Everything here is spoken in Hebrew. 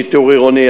שיטור עירוני,